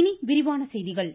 இனி விரிவான செய்திகள்